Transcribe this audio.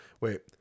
wait